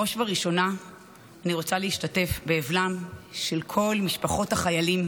בראש ובראשונה אני רוצה להשתתף באבלן של כל משפחות החיילים,